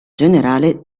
generale